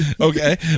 Okay